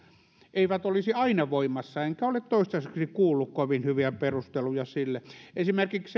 olisi aina voimassa enkä ole toistaiseksi kuullut kovin hyviä perusteluja sille miksei esimerkiksi